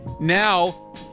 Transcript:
Now